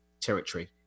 territory